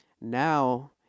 now